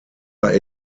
are